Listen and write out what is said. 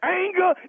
anger